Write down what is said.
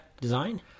design